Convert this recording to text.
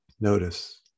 notice